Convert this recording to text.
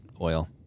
oil